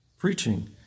Preaching